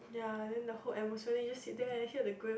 ya then the whole atmosphere you just sit there and hear the grill